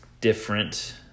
different